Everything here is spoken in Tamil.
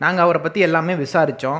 நாங்கள் அவரை பற்றி எல்லாமே விசாரிச்சோம்